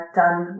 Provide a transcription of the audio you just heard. done